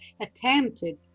attempted